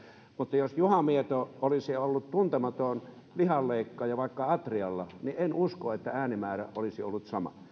mutta jos juha mieto olisi ollut tuntematon lihanleikkaaja vaikka atrialla niin en usko että äänimäärä olisi ollut sama